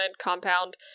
compound